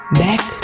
back